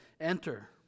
Enter